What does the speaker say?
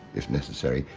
if necessary,